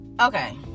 Okay